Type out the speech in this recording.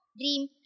Dream